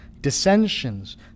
dissensions